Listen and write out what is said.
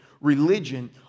religion